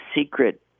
secret